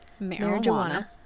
Marijuana